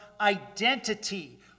identity